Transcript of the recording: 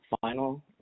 final